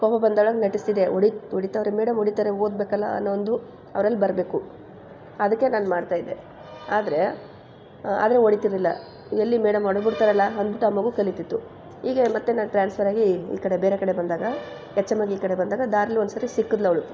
ಕೋಪ ಬಂದೊಳಾಗೆ ನಟಿಸ್ತಿದ್ದೆ ಹೊಡಿ ಹೊಡಿತವ್ರೆ ಮೇಡಮ್ ಹೊಡಿತಾರೆ ಓದಬೇಕಲ್ಲ ಅನ್ನೋ ಒಂದು ಅವ್ರಲ್ಲಿ ಬರಬೇಕು ಅದಕ್ಕೆ ನಾನು ಮಾಡ್ತಾಯಿದ್ದೆ ಆದರೆ ಆದರೆ ಹೊಡಿತಿರ್ಲಿಲ್ಲ ಎಲ್ಲಿ ಮೇಡಮ್ ಹೊಡೆದ್ಬಿಡ್ತಾರಲ್ಲ ಅಂದ್ಬಿಟ್ಟು ಆ ಮಗು ಕಲಿತಿತ್ತು ಈಗ ಮತ್ತೆ ನಾನು ಟ್ರಾನ್ಸ್ಫರಾಗಿ ಈ ಕಡೆ ಬೇರೆ ಕಡೆ ಬಂದಾಗ ಎಚ್ ಎಮ್ ಆಗಿ ಈ ಕಡೆ ಬಂದಾಗ ದಾರಿಲಿ ಒಂದ್ಸರಿ ಸಿಕ್ಕದ್ಲು ಅವಳು